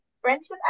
friendship